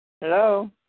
Hello